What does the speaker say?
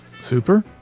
Super